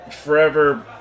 forever